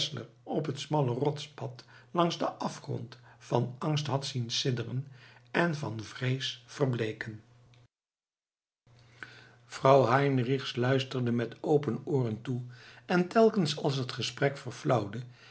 op het smalle rotspad langs den afgrond van angst had zien sidderen en van vrees verbleeken vrouw heinrichs luisterde met open ooren toe en telkens als het gesprek verflauwde